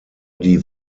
die